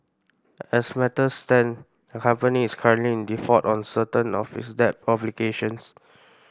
as matters stand the company is currently in default on certain of its debt obligations